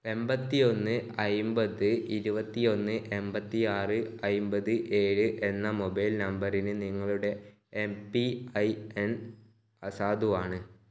എൺപത്തിയൊന്ന് അമ്പത് ഇരുപത്തിയൊന്ന് എൺപത്തിയാറ് അമ്പത് ഏഴ് എന്ന മൊബൈൽ നമ്പറിന് നിങ്ങളുടെ എം പി ഐ എൻ അസാധുവാണ്